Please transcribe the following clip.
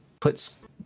puts